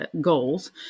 goals